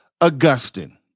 Augustine